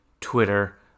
twitter